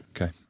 Okay